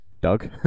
Doug